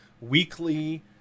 weekly